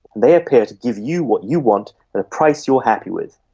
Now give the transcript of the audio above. they appear to give you what you want at a price you're happy with.